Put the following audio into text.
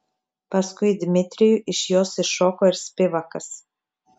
paskui dmitrijų iš jos iššoko ir spivakas